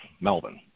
Melvin